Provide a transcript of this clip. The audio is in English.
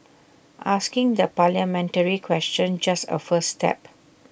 asking the parliamentary question just A first step